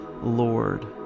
Lord